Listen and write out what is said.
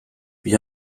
wir